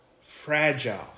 fragile